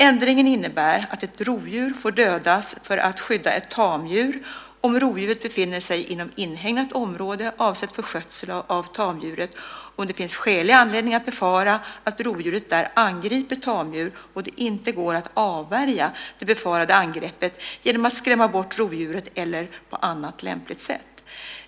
Ändringen innebär att ett rovdjur får dödas för att skydda ett tamdjur om rovdjuret befinner sig inom inhägnat område avsett för skötsel av tamdjuret, om det finns skälig anledning att befara att rovdjuret där angriper tamdjur och det inte går att avvärja det befarade angreppet genom att skrämma bort rovdjuret eller på annat lämpligt sätt.